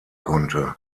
konnte